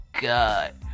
god